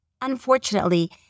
unfortunately